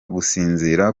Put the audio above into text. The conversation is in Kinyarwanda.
gusinzira